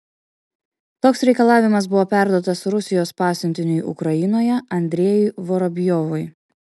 toks reikalavimas buvo perduotas rusijos pasiuntiniui ukrainoje andrejui vorobjovui